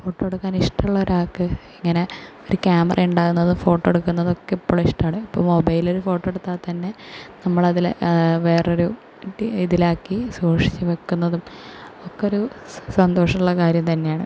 photo എടുക്കാൻ ഇഷ്ടമുള്ള ഒരാൾക്ക് ഇങ്ങനെ ഒരു ക്യാമറ ഉണ്ടാവുന്നതും ഫോട്ടോ എടുക്കുന്നതും ഒക്കെ എപ്പോഴും ഇഷ്ടമാണ് ഇപ്പോൾ മൊബൈലിൽ ഫോട്ടോ എടുത്താൽ തന്നെ നമ്മൾ അതിൽ വേറൊരു ഇതിലാക്കി സൂക്ഷിച്ചു വയ്ക്കുന്നതും ഒക്കെ ഒരു സന്തോഷമുള്ള കാര്യം തന്നെയാണ്